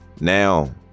Now